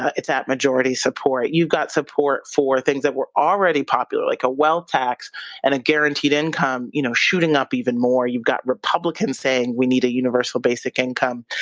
it's at majority support. you've got support for things that were already popular, like a wealth tax and a guaranteed income, you know shooting up even more. you've got republicans saying we need a universal basic income.